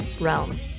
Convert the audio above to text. realm